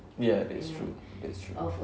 ya that's true that's true